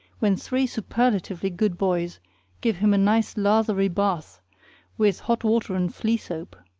when three superlatively good boys give him a nice lathery bath with hot water and flea soap.